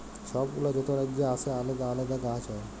ছব গুলা যত রাজ্যে আসে আলেদা আলেদা গাহাচ হ্যয়